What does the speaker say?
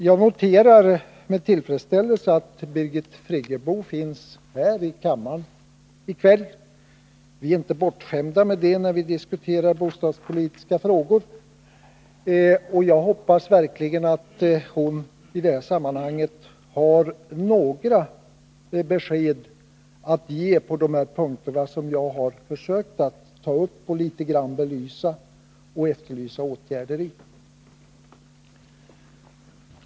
Jag noterar med tillfredsställelse att Birgit Friggebo finns här i kammaren i kväll — vi är inte bortskämda med det när vi diskuterar bostadspolitiska frågor. Jag hoppas verkligen att hon har några besked att ge på de punkter som jag försökt ta upp och litet grand belysa och även efterlysa åtgärder 1.